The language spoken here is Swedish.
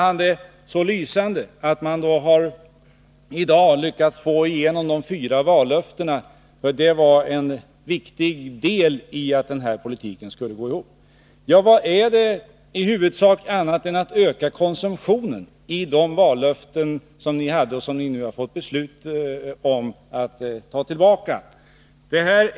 Han sade att man i dag har lyckats få igenom de fyra vallöftena och att de utgjorde ett viktigt inslag när det gällde att få den socialdemokratiska 93 politiken att gå ihop. Men vad innebär då detta, annat än att man ökar konsumtionen?